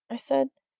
i said.